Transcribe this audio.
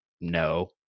No